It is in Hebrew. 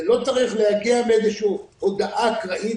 זה לא צריך להגיע באיזושהי הודעה אקראית